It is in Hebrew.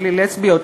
בלי לסביות,